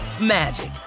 magic